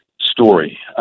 story